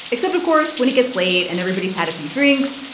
except, of course, when it gets late and everybody's had a few drinks.